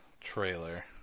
trailer